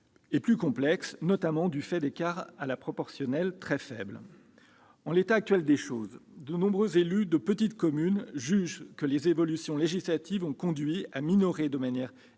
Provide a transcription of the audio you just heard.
et plus complexes, notamment du fait d'écarts à la proportionnelle très faibles. En l'état actuel des choses, de nombreux élus de petites communes jugent que les évolutions législatives ont conduit à minorer de manière excessive